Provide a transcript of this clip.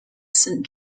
saint